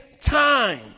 Time